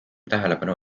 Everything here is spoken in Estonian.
tähelepanu